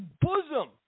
bosom